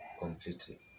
completely